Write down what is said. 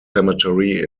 cemetery